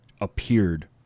appeared